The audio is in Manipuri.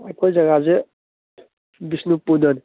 ꯑꯩꯈꯣꯏ ꯖꯒꯥꯁꯦ ꯕꯤꯁꯅꯨꯄꯨꯔꯗꯅꯦ